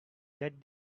that